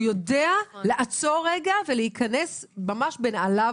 הוא יודע לעצור רגע ולהיכנס לדבר,